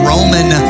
Roman